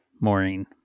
Maureen